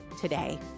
today